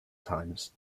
times